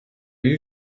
you